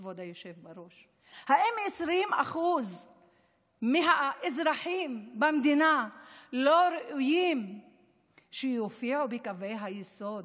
כבוד היושב-ראש: האם 20% מהאזרחים במדינה לא ראויים שיופיעו בקווי היסוד